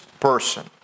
Person